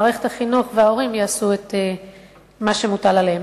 מערכת החינוך וההורים יעשו את מה שמוטל עליהם.